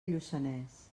lluçanès